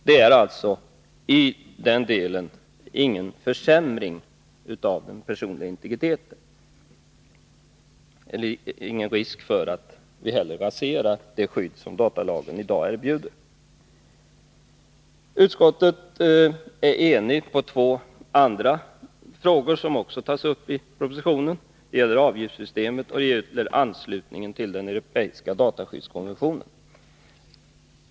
Det är alltså inte fråga om någon försämring av den personliga integriteten i det avseendet. Det är inte heller någon risk att vi raserar det skydd som datalagen i dag erbjuder. Vidare är utskottet enigt i fråga om två andra saker som också tas upp i propositionen. Det gäller dels avgiftssystemet, dels anslutningen till den europeiska dataskyddskonventionen.